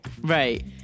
Right